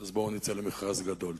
אז בואו נצא למכרז גדול.